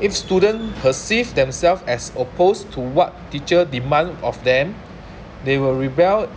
if student perceive themselves as opposed to what teacher demand of them they will rebel